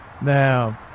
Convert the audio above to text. Now